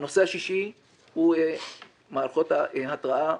הנושא השישי הוא מערכות התרעה.